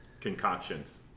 concoctions